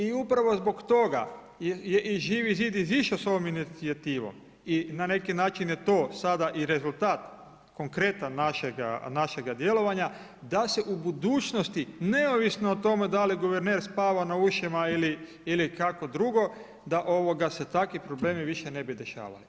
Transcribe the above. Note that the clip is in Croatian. I upravo zbog toga je i Živi zid izišao sa ovom inicijativom i na neki način je to sada i rezultat, konkretan našega djelovanja da se u budućnosti neovisno o tome da li guverner spava na ušima ili kako drugo da se takvi problemi više ne bi dešavali.